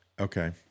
okay